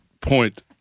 point